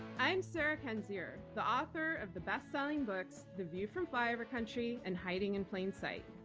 i'm sarah kendzior, the author of the bestselling books, the view from flyover country and hiding in plain sight.